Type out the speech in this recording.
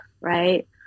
right